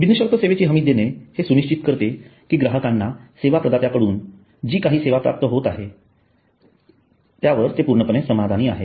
बिनशर्त सेवेची हमी देणे हे सुनिश्चित करते की ग्राहकांना सेवा प्रदात्याकडून जी काही सेवा प्राप्त होत आहे करतात त्यावर ते पूर्णपणे समाधानी आहेत